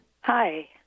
Hi